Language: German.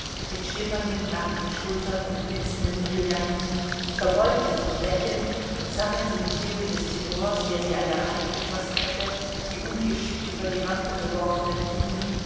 mit schimmernden nackten schultern und blitzenden brillanten verbeugte sich lächelnd sammelte mit hilfe des tenors der sie an der hand gefaßt hatte die ungeschickt über die rampe geworfenen blumen